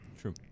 true